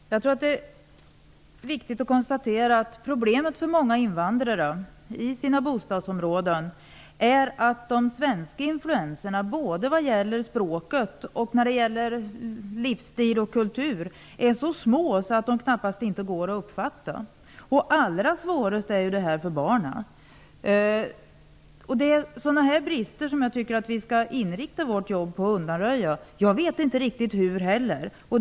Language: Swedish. Herr talman! Det är viktigt att konstatera att problemet för många invandrare i deras bostadsområden är att de svenska influenserna vad gäller både språket och livsstil och kultur är så små att de knappast inte går att uppfatta. Alla svårast är det för barnen. Det är sådana brister som jag tycker att vi skall inrikta vårt jobb på att undanröja. Jag vet inte heller riktigt hur det skall gå till.